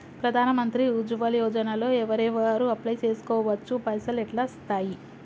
ప్రధాన మంత్రి ఉజ్వల్ యోజన లో ఎవరెవరు అప్లయ్ చేస్కోవచ్చు? పైసల్ ఎట్లస్తయి?